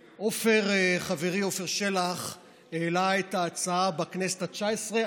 חברי עפר שלח העלה את ההצעה בכנסת התשע-עשרה,